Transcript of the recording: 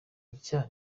icyaha